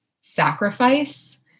sacrifice